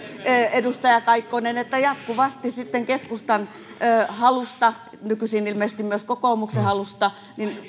edustaja kaikkonen että jatkuvasti keskustan halusta nykyisin ilmeisesti myös kokoomuksen halusta